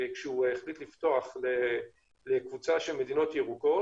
כשהוא החליט לפתוח לקבוצה של מדינות ירוקות,